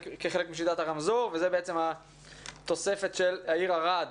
משיטת הרמזור וזאת בעצם התוספת של העיר ערד